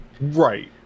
Right